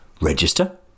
Register